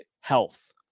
health